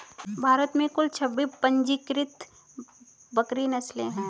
भारत में कुल छब्बीस पंजीकृत बकरी नस्लें हैं